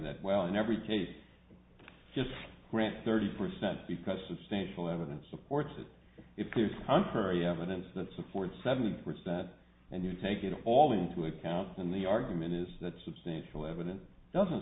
that well in every case just grant thirty percent because substantial evidence supports it if there's contrary evidence that supports seventy percent and you take it all into account when the argument is that substantial evidence doesn't